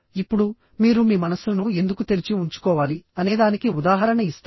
ఇప్పుడు మీరు మీ మనస్సును ఎందుకు తెరిచి ఉంచుకోవాలి అనేదానికి ఉదాహరణ ఇస్తాను